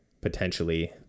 potentially